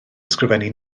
ysgrifennu